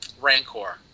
Rancor